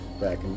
back